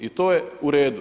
I to je u redu.